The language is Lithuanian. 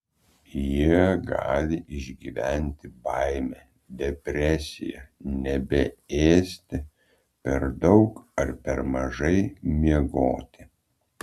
jie gali išgyventi baimę depresiją nebeėsti per daug ar per mažai miegoti